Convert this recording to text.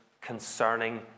concerning